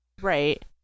Right